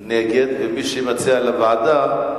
נגד, ומי שמציע למליאה,